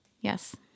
Yes